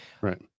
Right